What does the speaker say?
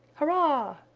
hurrah!